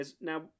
Now